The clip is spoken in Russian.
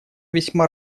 весьма